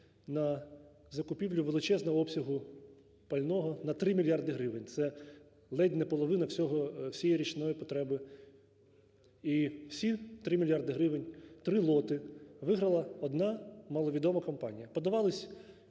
на закупівлю величезного обсягу пального на 3 мільярди гривень, це ледь не половина всієї річної потреби і всі 3 мільярди гривень, три лоти, виграла одна, маловідома, компанія.